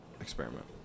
experiment